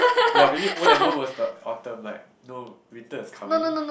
ya maybe O-level was the Autumn like no winter is coming